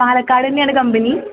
പാലക്കാട് തന്നെയാണ് കമ്പനി